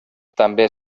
també